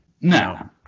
no